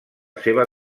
seva